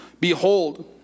Behold